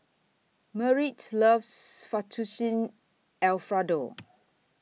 Merritt loves Fettuccine Alfredo